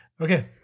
Okay